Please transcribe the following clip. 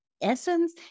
essence